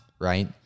right